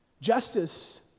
Justice